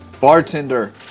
Bartender